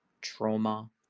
trauma